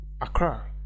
Accra